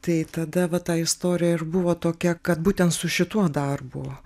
tai tada va ta istorija ir buvo tokia kad būtent su šituo darbu